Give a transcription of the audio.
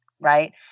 right